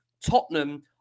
Tottenham